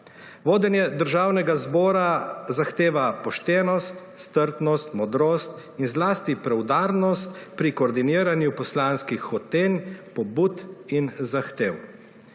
Vodenje Državnega zbora zahteva poštenost, strpnost, modrost in zlasti preudarnost pri koordiniranju poslanskih hotenj, pobud in zahtev.